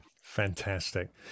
Fantastic